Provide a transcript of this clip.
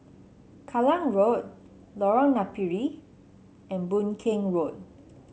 Kallang Road Lorong Napiri and Boon Keng Road